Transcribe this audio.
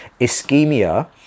Ischemia